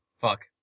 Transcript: Fuck